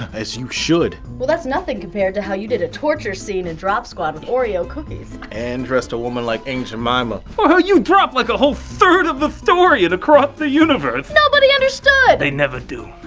as you should. well, that's nothing compared to how you did a torture scene in drop squad with oreo cookies. and dressed a woman like aunt jemima. or how you dropped, like, a whole third of the story in across the universe! nobody understood! they never do.